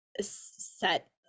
set